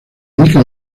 dedica